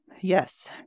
yes